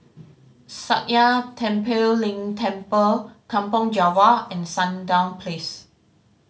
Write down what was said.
Sakya Tenphel Ling Temple Kampong Java and Sandown Place